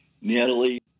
Natalie